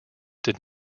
did